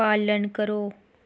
पालन करो